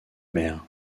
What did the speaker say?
mer